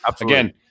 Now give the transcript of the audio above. again